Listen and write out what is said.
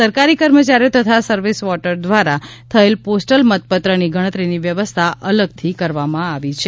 સરકારી કર્મચારીઓ તથા સર્વિસ વોટર દ્વારા થયેલ પોસ્ટલ મતપત્રની ગણતરીની વ્યવસ્થા અલગથી કરવામાં આવી છે